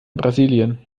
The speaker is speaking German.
brasilien